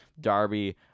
Darby